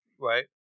Right